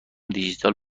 دیجیتال